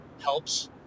helps